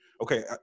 Okay